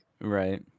right